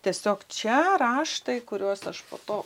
tiesiog čia raštai kuriuos aš po to